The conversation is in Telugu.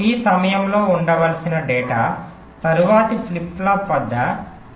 T సమయం లో ఉండవలసిన డేటా తరువాతి ఫ్లిప్ ప్లాప్ వద్ద T T సమయానికి చేరాలి